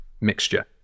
mixture